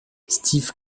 steve